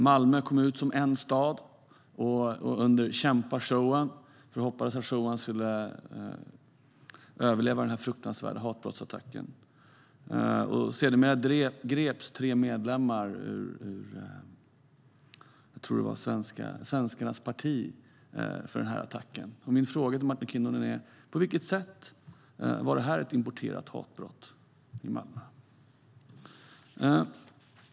Malmö kom ut som en stad under "Kämpa, Showan!" med förhoppningen att Showan skulle överleva den fruktansvärda hatbrottsattacken. Sedermera greps tre medlemmar ur Svenskarnas parti för attacken. Min fråga till Martin Kinnunen är: På vilket sätt var det här ett importerat hatbrott i Malmö?